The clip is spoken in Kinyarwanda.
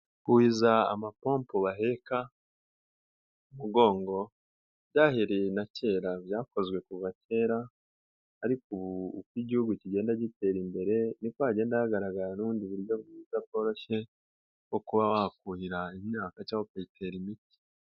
Kuhiza amapompo baheka umugongo byahereye na kera byakozwe kuva kera, ariko ubu uko igihugu kigenda gitera imbere, niko hagenda hagaragara ubundi buryo bwiza bworoshye bwo kuba wakuhira imyaka cyangwa ukayitera imiti.